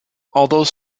although